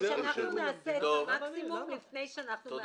ושאנחנו נעשה את המקסימום לפני שאנחנו מעקלים.